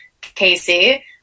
Casey